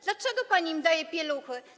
Dlaczego pani im daje pieluchy?